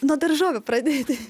nuo daržovių pradėti